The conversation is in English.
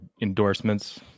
endorsements